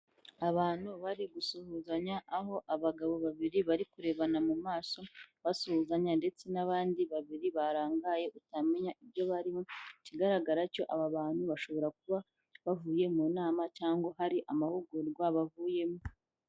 Abantu bari gusuhuzanya aho abagabo babiri bari kurebana mu maso basuhuzanya ndetse n'abandi babiri barangaye utamenya ibyo barimo. Ikigaragara cyo aba bantu bashobora kuba bavuye mu nama cyangwa hari amahugurwa bavuyemo.